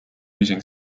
using